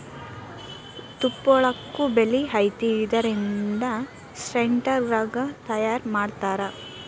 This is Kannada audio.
ತುಪ್ಪಳಕ್ಕು ಬೆಲಿ ಐತಿ ಇದರಿಂದ ಸ್ವೆಟರ್, ರಗ್ಗ ತಯಾರ ಮಾಡತಾರ